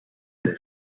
there